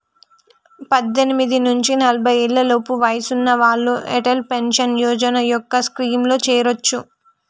పద్దెనిమిది నుంచి నలభై ఏళ్లలోపు వయసున్న వాళ్ళు అటల్ పెన్షన్ యోజన స్కీమ్లో చేరొచ్చు